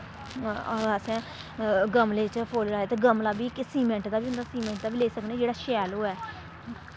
असें गमले च फुल्ल लाए ते गमला बी इक सीमैंट दा बी होंदा सीमैंट दा बी लेई सकनें जेह्ड़ा शैल होऐ